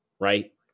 right